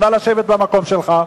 נא לשבת במקום שלך.